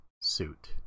suit